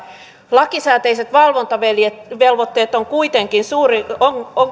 lakisääteiset valvontavelvoitteet ovat kuitenkin